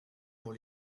pour